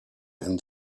and